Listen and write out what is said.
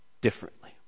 differently